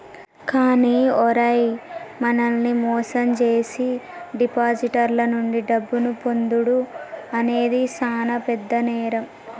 కానీ ఓరై మనల్ని మోసం జేసీ డిపాజిటర్ల నుండి డబ్బును పొందుడు అనేది సాన పెద్ద నేరం